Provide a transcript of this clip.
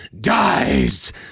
dies